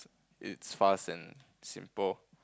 it's fast and simple